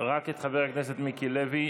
רק את חברי הכנסת מיקי לוי.